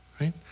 right